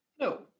No